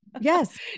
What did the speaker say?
Yes